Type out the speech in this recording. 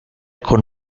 con